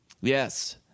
Yes